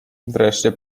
wreszcie